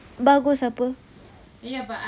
gain weight bagus apa